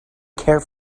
care